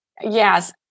Yes